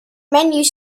menu